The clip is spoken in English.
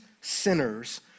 sinners